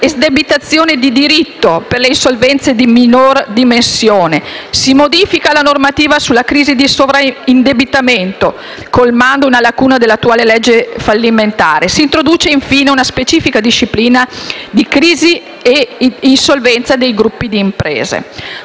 esdebitazione di diritto per le insolvenze di minori dimensioni; si modifica la normativa sulle crisi da sovraindebitamento; colmando una lacuna dell'attuale legge fallimentare, si introduce, infine, una specifica disciplina di crisi e insolvenza dei gruppi di imprese.